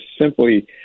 simply